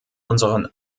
unseren